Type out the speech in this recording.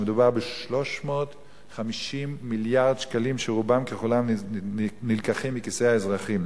ומדובר ב-350 מיליארד שקלים שרובם ככולם נלקחים מכיסי האזרחים.